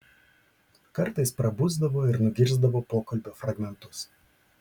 kartais prabusdavo ir nugirsdavo pokalbio fragmentus